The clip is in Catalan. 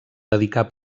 dedicà